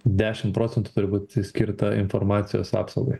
dešim procentų turi būti skirta informacijos apsaugai